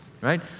right